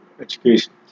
education